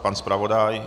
Pan zpravodaj?